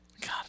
God